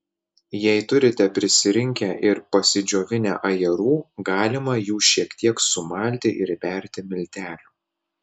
jei turite prisirinkę ir pasidžiovinę ajerų galima jų šiek tiek sumalti ir įberti miltelių